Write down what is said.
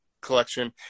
collection